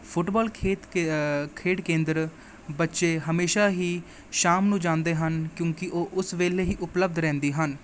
football ਖੇਤ ਖੇਡ ਕੇਂਦਰ ਬੱਚੇ ਹਮੇਸ਼ਾ ਹੀ ਸ਼ਾਮ ਨੂੰ ਜਾਂਦੇ ਹਨ ਕਿਉਂਕਿ ਉਹ ਉਸ ਵੇਲੇ ਹੀ ਉਪਲੱਬਧ ਰਹਿੰਦੇ ਹਨ